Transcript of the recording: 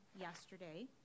yesterday